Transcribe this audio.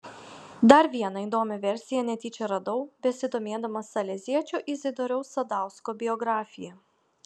dar vieną įdomią versiją netyčia radau besidomėdamas saleziečio izidoriaus sadausko biografija